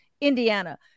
Indiana